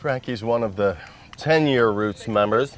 frank is one of the ten year roots members